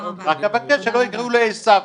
רק אבקש שלא יקראו לי עֵשָׂו,